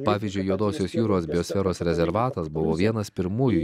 pavyzdžiui juodosios jūros biosferos rezervatas buvo vienas pirmųjų